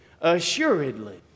assuredly